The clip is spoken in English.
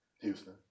Houston